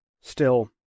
Still